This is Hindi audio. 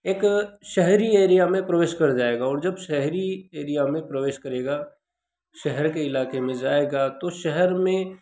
एक शहरी एरिया में प्रवेश कर जाएगा और जब शहरी एरिया में प्रवेश करेगा शहर के इलाके में जाएगा तो शहर में